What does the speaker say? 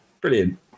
brilliant